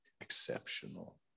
exceptional